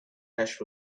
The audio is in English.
ash